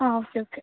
ആ okay okay